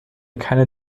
keiner